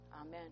Amen